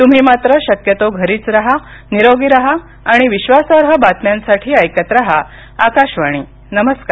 तुम्ही मात्र शक्यतो घरीच राहा निरोगी राहा आणि विश्वासार्ह बातम्यांसाठी ऐकत राहा आकाशवाणी नमस्कार